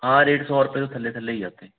ਹਾਂ ਰੇਟ ਸੌ ਰੁਪਏ ਤੋਂ ਥੱਲੇ ਥੱਲੇ ਹੀ ਆ ਉੱਥੇ